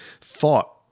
thought